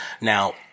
Now